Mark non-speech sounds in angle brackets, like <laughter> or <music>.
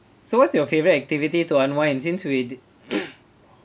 so what's your favourite activity to unwind since with <noise>